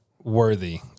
worthy